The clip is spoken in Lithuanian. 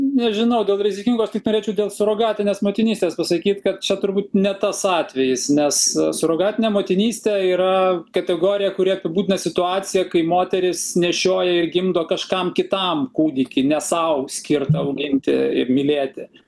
nežinau dėl rizikingos tik norėčiau dėl surogatinės motinystės pasakyt kad čia turbūt ne tas atvejis nes surogatinė motinystė yra kategorija kuri apibūdina situaciją kai moteris nešioja ir gimdo kažkam kitam kūdikį ne sau skirtą auginti ir mylėti